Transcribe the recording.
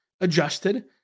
adjusted